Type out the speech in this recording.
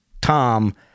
tom